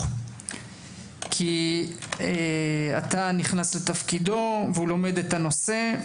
כי עתה נכנס לתפקידו והוא לומד את הנושא.